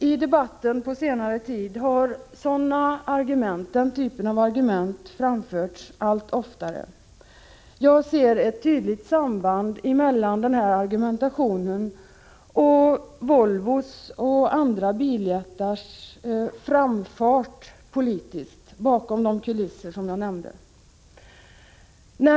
I debatten på senare tid har den typen av argument framförts allt oftare. Jag ser ett direkt samband mellan den argumentationen och Volvos och andra biljättars framfart politiskt, bakom de kulisser som jag har nämnt.